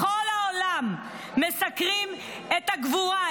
בכל העולם מסקרים את הגבורה,